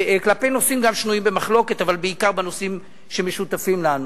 גם כלפי נושאים שנויים במחלוקת אבל בעיקר בנושאים שמשותפים לנו,